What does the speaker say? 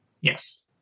Yes